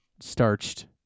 starched